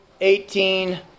eighteen